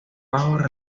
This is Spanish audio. bajos